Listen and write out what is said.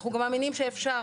אנחנו מאמינים שאפשר